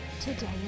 today